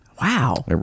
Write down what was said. Wow